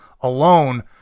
alone